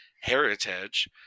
heritage